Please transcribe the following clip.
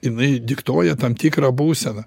jinai diktuoja tam tikrą būseną